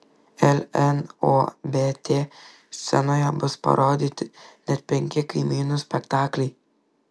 lnobt scenoje bus parodyti net penki kaimynų spektakliai